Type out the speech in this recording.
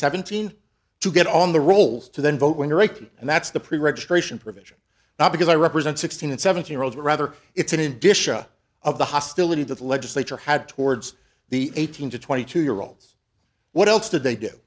seventeen to get on the rolls to then vote when you're a kid and that's the pre registration provision not because i represent sixteen and seventeen year olds rather it's an indication of the hostility that the legislature had towards the eighteen to twenty two year olds what else did they